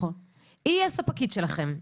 היא הספקית שלכם.